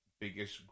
biggest